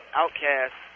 outcast